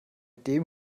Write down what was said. dem